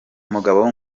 mugabo